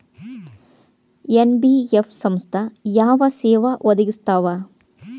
NBF ಸಂಸ್ಥಾ ಯಾವ ಸೇವಾ ಒದಗಿಸ್ತಾವ?